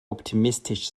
optimistisch